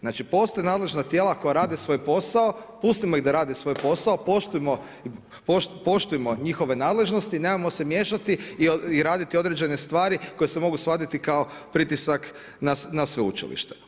Znači postoje nadležna tijela koja rade svoj posao, putimo ih da rade svoj posao, poštujmo njihove nadležnosti, nemojmo se miješati i raditi određene stvari koje se mogu shvatiti kao pritisak na sveučilište.